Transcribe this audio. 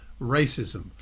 racism